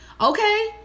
Okay